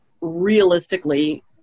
Realistically